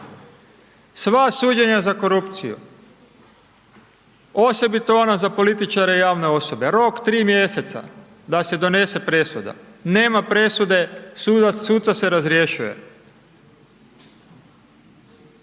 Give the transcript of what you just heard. Sva suđenja za korupciju, osobito ona za političare i javne osobe, rok 3 mjeseca da se donese presuda. Nema presude, suca se razrješuje.